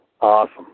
Awesome